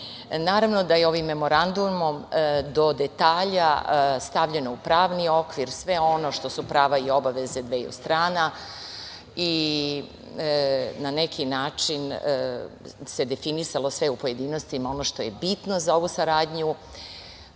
Naravno da je ovim memorandumom do detalja stavljeno u pravni okvir sve ono što su prava i obaveze dveju strana i na neki način se definisalo sve u pojedinostima ono što je bitno za ovu saradnju.